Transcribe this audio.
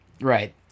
Right